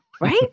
right